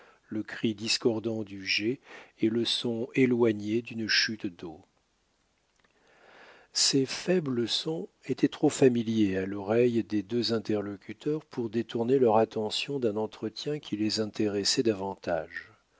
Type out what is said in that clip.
le cri discordant du geai et le son éloigné d'une chute deau ces faibles sons étaient trop familiers à l'oreille des deux interlocuteurs pour détourner leur attention d'un entretien qui les intéressait davantage